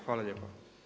Hvala lijepa.